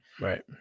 Right